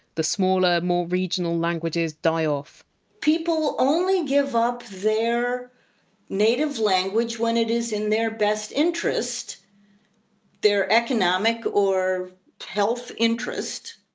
the smaller, more regional languages die off people only give up their native language when it! s in their best interest their economic or health interest.